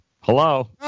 hello